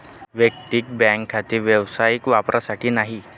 वैयक्तिक बँक खाते व्यावसायिक वापरासाठी नाही